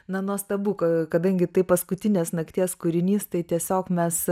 na nuostabu kai kadangi tai paskutinės nakties kūrinys tai tiesiog mes